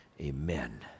Amen